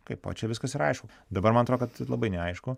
kaipo čia viskas ir aišku dabar man atrodo kad labai neaišku